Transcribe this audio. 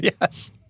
Yes